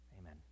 Amen